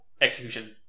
execution